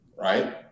right